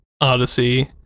Odyssey